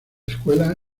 escuela